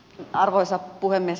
arvoisa puhemies